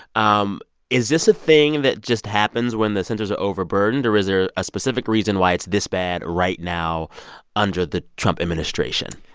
um is this a thing that just happens when the centers are overburdened? or is there a specific reason why it's this bad right now under the trump administration?